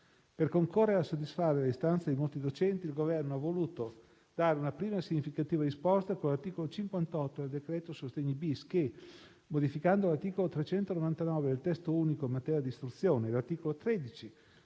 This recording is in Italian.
Per concorrere a soddisfare le istanze di molti docenti, il Governo ha voluto dare una prima significativa risposta con l'articolo 58 del decreto-legge sostegni-*bis* che, modificando l'articolo 399 del testo unico in materia di istruzione e l'articolo 13